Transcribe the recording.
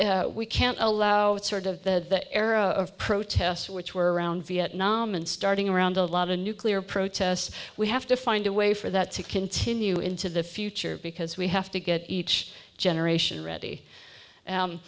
we can't allow it sort of the era of protests which were around vietnam and starting around a lot of nuclear protests we have to find a way for that to continue into the future because we have to get each generation ready